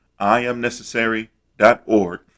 Iamnecessary.org